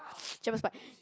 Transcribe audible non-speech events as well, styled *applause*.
*noise* shepard's pie